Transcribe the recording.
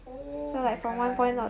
oh my god